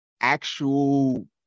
actual